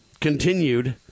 Continued